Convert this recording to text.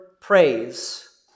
praise